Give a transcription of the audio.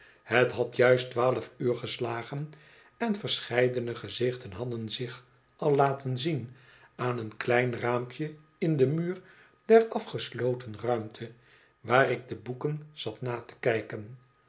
het had juist twaalf uur geslagen en verscheidene gezichten hadden zich al laten zien aan een klein raampje in den muur der afgesloten ruimte waar ik de boeken zat na te kijken